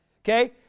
okay